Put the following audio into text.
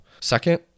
Second